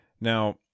Now